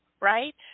right